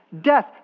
Death